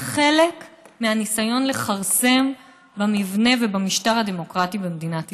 היא חלק מהניסיון לכרסם במבנה המשטר הדמוקרטי במדינת ישראל.